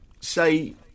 say